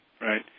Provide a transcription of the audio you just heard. right